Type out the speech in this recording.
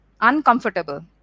uncomfortable